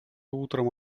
утром